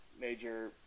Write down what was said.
major